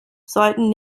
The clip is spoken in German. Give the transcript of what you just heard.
sollten